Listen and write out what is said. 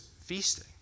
feasting